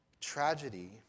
Tragedy